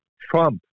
Trump